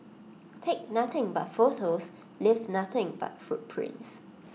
take nothing but photos leave nothing but footprints